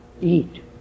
eat